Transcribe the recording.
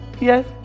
Yes